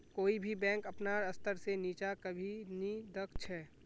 कोई भी बैंक अपनार स्तर से नीचा कभी नी दख छे